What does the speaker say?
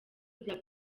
bya